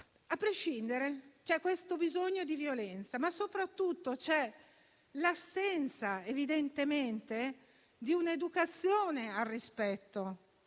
A prescindere, c'è questo bisogno di violenza, ma soprattutto l'assenza, evidentemente, di un'educazione al rispetto.